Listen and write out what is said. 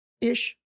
ish